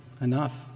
enough